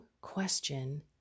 question